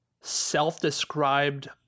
self-described